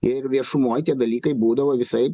ir viešumoj tie dalykai būdavo visaip